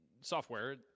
software